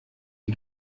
die